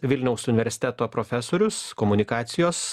vilniaus universiteto profesorius komunikacijos